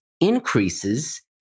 increases